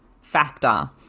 factor